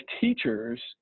teachers